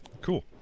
cool